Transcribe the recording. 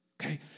Okay